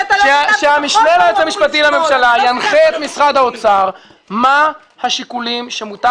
שהיועץ המשפטי לממשלה ינחה את משרד האוצר מה השיקולים שמותר